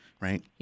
Right